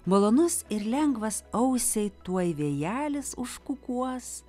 malonus ir lengvas ausiai tuoj vėjelis užkukuos